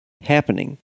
happening